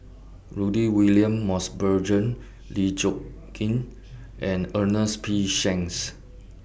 Rudy William Mosbergen Lee Choon Kee and Ernest P Shanks